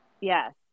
yes